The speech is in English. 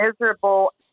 miserable